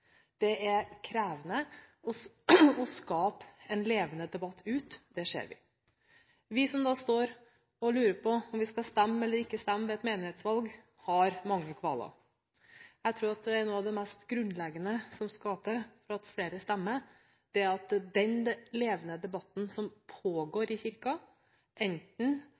Det er krevende å skape en levende debatt ute, det ser vi. Vi som står og lurer på om vi skal stemme eller ikke ved et menighetsrådsvalg, har mange kvaler. Jeg tror noe av det mest grunnleggende som skal til for at flere skal stemme, er at den levende debatten som pågår i Kirken, enten